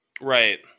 Right